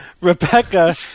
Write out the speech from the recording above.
Rebecca